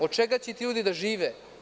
Od čega će ti ljudi da žive?